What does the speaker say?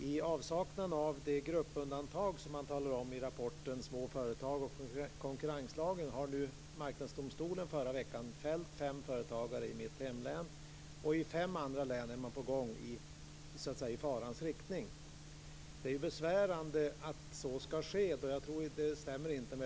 I avsaknad av det gruppundantag som man talar om i rapporten Små företag och konkurrenslagen fällde Marknadsdomstolen förra veckan fem företagare i mitt hemlän, och i fem andra län är det fara för att man går samma väg.